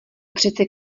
přece